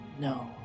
No